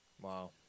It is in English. Wow